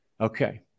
Okay